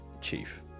chief